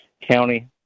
County